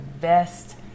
best